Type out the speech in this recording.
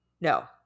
No